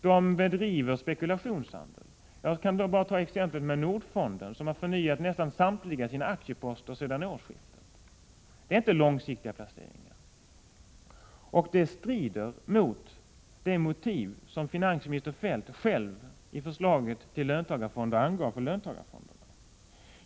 De bedriver spekulationshandel. Jag kan bara ta exemplet med Nordfonden, som har förnyat nästan samtliga sina aktieposter sedan årsskiftet. Det är inte långsiktiga placeringar. Det strider mot det motiv som finansminister Feldt själv, i förslaget till löntagarfonder, angav för dem.